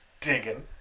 digging